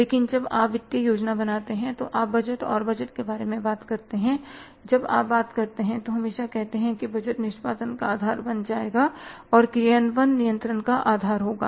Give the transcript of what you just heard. लेकिन जब आप वित्तीय योजना बनाते हैं तो आप बजट और बजट के बारे में बात करते हैं जब आप बात करते हैं तो हमेशा कहते हैं कि बजट निष्पादन का आधार बन जाएगा और क्रियान्वयन नियंत्रण का आधार होगा